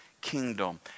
kingdom